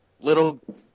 little